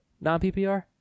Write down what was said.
Non-PPR